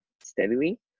steadily